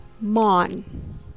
mon